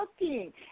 looking